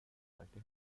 leichte